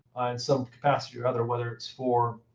in some capacity or other, whether it's for